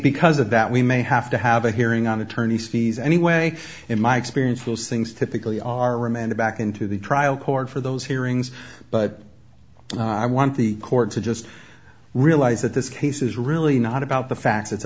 because of that we may have to have a hearing on attorneys fees anyway in my experience was things typically are remanded back into the trial court for those hearings but i want the court to just realize that this case is really not about the facts it's